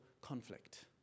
conflict